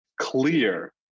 clear